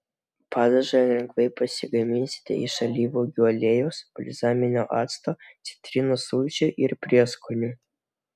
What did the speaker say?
padažą lengvai pasigaminsite iš alyvuogių aliejaus balzaminio acto citrinos sulčių ir prieskonių